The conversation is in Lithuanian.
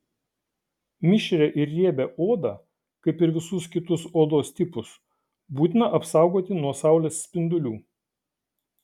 mišrią ir riebią odą kaip ir visus kitus odos tipus būtina apsaugoti nuo saulės spindulių